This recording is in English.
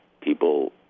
people